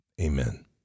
Amen